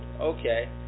Okay